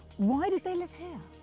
why did they live here?